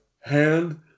hand